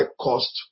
cost